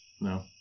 No